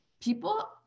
people